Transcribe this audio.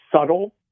subtle